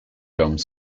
dome